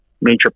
major